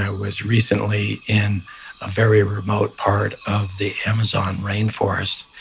was recently in a very remote part of the amazon rainforest.